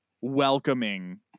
welcoming